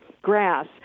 grass